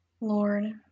Lord